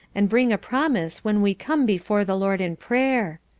and bring a promise when we come before the lord in prayer.